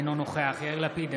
אינו נוכח יאיר לפיד,